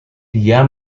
dia